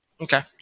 Okay